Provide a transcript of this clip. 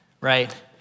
right